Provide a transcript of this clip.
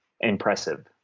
impressive